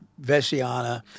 Vesiana